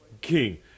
King